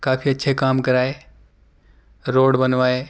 کافی اچھے کام کرائے روڈ بنوائے